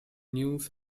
news